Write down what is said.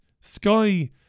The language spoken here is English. Sky